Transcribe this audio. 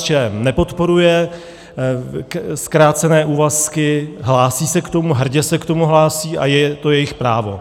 KSČM nepodporuje zkrácené úvazky, hlásí se k tomu, hrdě se k tomu hlásí a je to jejich právo.